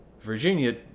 Virginia